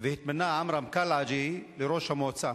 והתמנה עמרם קלעג'י לראש המועצה.